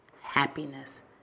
happiness